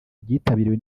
ryitabiriwe